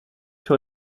sur